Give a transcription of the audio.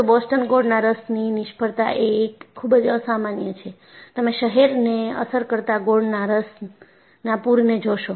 પરંતુ બોસ્ટન ગોળના રસની નિષ્ફળતા એ એક ખૂબ જ અસામાન્ય છે તમે શહેરને અસર કરતા ગોળના રસના પૂરને જોશો